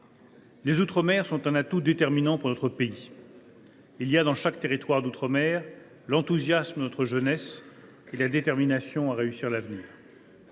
Les outre mer sont un atout décisif pour notre pays. Il y a dans chaque territoire ultramarin l’enthousiasme de notre jeunesse et la détermination à réussir. Mais